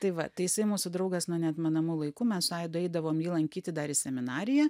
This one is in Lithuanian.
tai va tai jisai mūsų draugas nuo neatmenamų laikų mes su aidu eidavom jį lankyti dar į seminariją